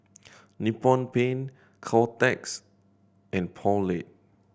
Nippon Paint Kotex and Poulet